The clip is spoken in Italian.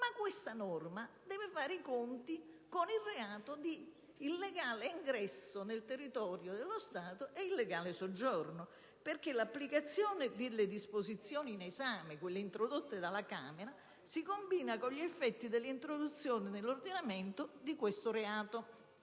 Ma questa norma deve fare i conti con il reato di illegale ingresso ed illegale soggiorno nel territorio dello Stato, perché l'applicazione delle disposizioni in esame, introdotte dalla Camera, si combina con gli effetti dell'introduzione nell'ordinamento di questo reato